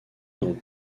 dans